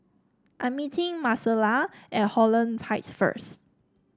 I'm meeting Marcella at Holland Heights first